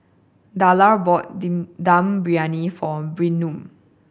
Darla bought Dum Briyani for Bynum